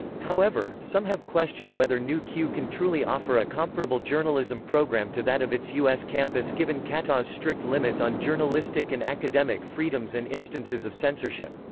however, some have questioned whether nu-q can truly offer a comparable journalism program to that of its u s. campus given qatar's strict limits on journalistic and academic freedoms and instances of censorship.